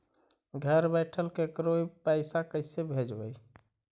घर बैठल केकरो ही पैसा कैसे भेजबइ?